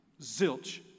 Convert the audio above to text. zilch